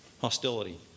hostility